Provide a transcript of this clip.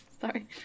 sorry